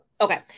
Okay